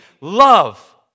love